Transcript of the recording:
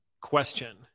question